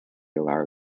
are